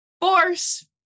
force